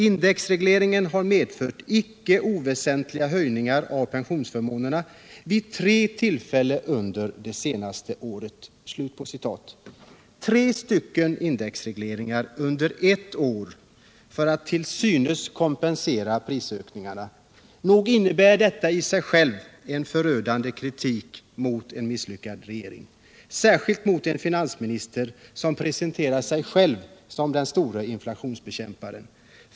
Indexregleringen har medfört icke oväsentliga höjningar av pensionsförmånerna vid tre tillfällen under det senaste året.” Tre indexregleringar under ett år för att till synes kompensera prisökningar! Nog innebär det en förödande kritik mot en misslyckad regering och särskilt mot en ekonomiminister som presenterat sig själv som den store inflationsbekämparen.